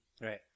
Right